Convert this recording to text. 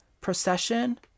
Procession